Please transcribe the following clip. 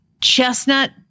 chestnut